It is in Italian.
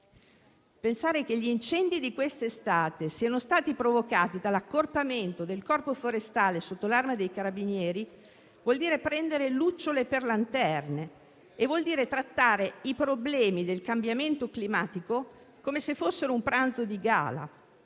Pensare che gli incendi di quest'estate siano stati provocati dall'accorpamento del Corpo forestale sotto l'Arma dei carabinieri vuol dire prendere lucciole per lanterne e trattare i problemi del cambiamento climatico come se fossero un pranzo di gala.